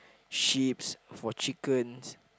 sheep's for chickens